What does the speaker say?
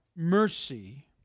Mercy